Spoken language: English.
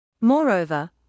Moreover